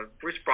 Bruce